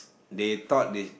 they thought is